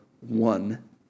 one